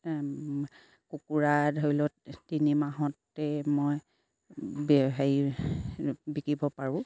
কুকুৰা ধৰি লওক তিনি মাহতে মই হেৰি বিকিব পাৰোঁ